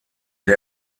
der